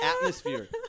atmosphere